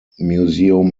museum